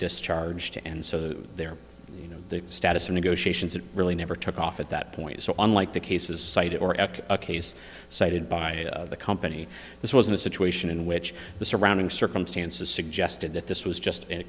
discharged and so the their you know the status of negotiations that really never took off at that point so unlike the cases cited or ek a case cited by the company this wasn't a situation in which the surrounding circumstances suggested that this was just